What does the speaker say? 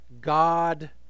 God